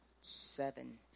seven